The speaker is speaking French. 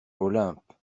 olympe